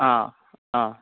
ആ ആ